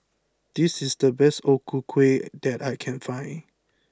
this is the best O Ku Kueh that I can find